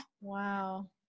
Wow